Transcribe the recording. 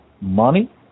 money